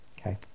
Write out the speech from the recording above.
Okay